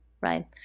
right